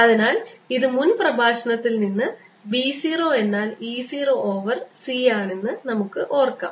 അതിനാൽ ഇത് മുൻ പ്രഭാഷണത്തിൽ നിന്ന് B 0 എന്നാൽ E 0 ഓവർ c ആണെന്ന് എന്ന് നമുക്ക് ഓർക്കാം